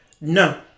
No